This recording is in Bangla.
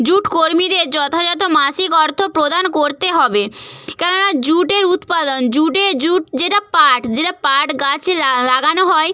জুট কর্মীদের যথাযথ মাসিক অর্থ প্রদান করতে হবে কেননা জুটের উৎপাদন জুটে জুট যেটা পাট যেটা পাট গাছে লাগানো হয়